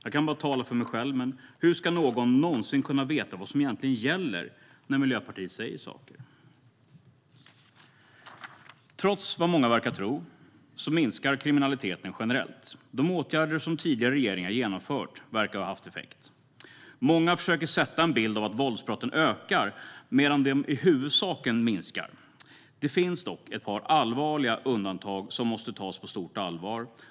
Jag kan bara tala för mig själv, men jag undrar: Hur ska någon någonsin kunna veta vad som egentligen gäller när Miljöpartiet säger saker? Trots vad många verkar tro minskar kriminaliteten generellt. De åtgärder som tidigare regeringar har vidtagit verkar ha haft effekt. Många försöker ge en bild av att våldsbrotten ökar medan de i huvudsak minskar. Det finns dock ett par allvarliga undantag. De måste tas på stort allvar.